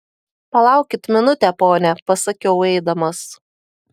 palaukit minutę pone pasakiau eidamas